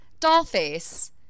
Dollface